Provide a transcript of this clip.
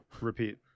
Repeat